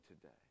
today